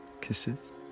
kisses